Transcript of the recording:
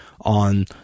on